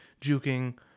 juking